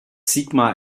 sigmar